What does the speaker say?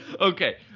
Okay